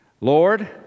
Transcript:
Lord